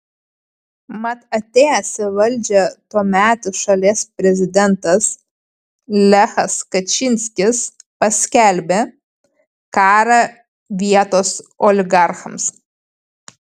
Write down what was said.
mat atėjęs į valdžią tuometis šalies prezidentas lechas kačynskis paskelbė karą vietos oligarchams